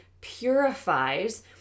purifies